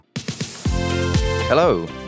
Hello